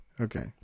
okay